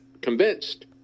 convinced